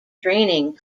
training